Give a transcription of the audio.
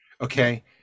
okay